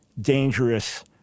dangerous